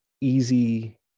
easy